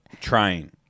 trying